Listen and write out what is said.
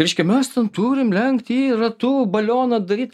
reiškia mes turim lenkt jį ratu balioną daryt